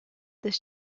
this